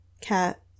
cat